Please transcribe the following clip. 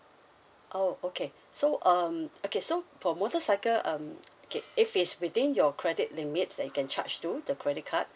oh okay so um okay so for motorcycle um okay if it's within your credit limit that you can charge to the credit card